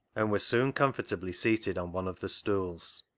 and was soon comfortably seated on one of the stools.